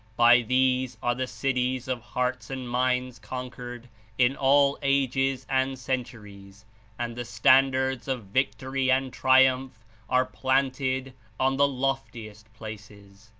by these are the cities of hearts and minds conquered in all ages and centuries and the standards of victory and triumph are planted on the loftiest places.